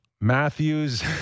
Matthews